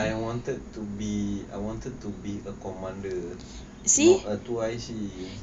I wanted to be I wanted to be a commander not a two I_C